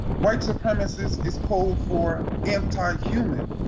white supremacist is code for anti-human,